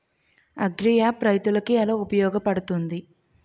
Agri app రైతులకి ఏలా ఉపయోగ పడుతుంది?